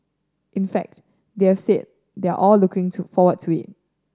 in fact they are said they are all looking to forward to it